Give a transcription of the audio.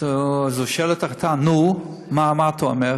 אז הוא שואל את החתן: נו, מה אתה אומר?